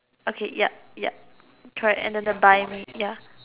okay yup yup try and the buy maid ya